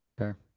Okay